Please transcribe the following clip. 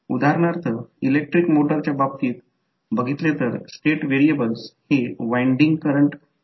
म्हणजे याचा अर्थ असा की आता i शोधण्याचा प्रयत्न केला तर जर आता k v l ला येथे लागू केले तर येथे j L1 लिहिलेले आहे ते j M i असेल हे व्होल्टेज सोर्स असेल